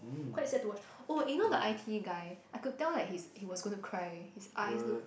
quite sad to watch oh you know the I_T_E guy I could tell that he is he was going to cry his eye look